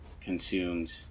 consumed